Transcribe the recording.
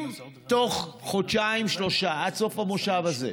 אם בתוך חודשיים-שלושה, עד סוף המושב הזה,